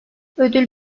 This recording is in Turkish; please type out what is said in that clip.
ödül